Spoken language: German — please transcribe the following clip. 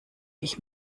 ich